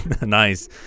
Nice